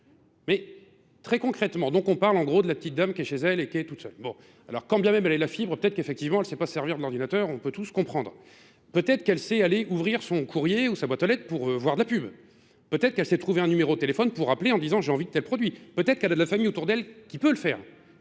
Mais très concrètement, donc on parle en gros de la petite dame qui est chez elle et qui est toute seule. Alors quand bien même elle est la fibre, peut-être qu'effectivement elle ne sait pas servir de l'ordinateur, on peut tous comprendre. Peut-être qu'elle sait aller ouvrir son courrier ou sa boîte à lettres pour voir de la pub. Peut-être qu'elle sait trouver un numéro au téléphone pour rappeler en disant j'ai envie de tel produit. Peut-être qu'elle a de la famille autour d'elle qui peut le faire.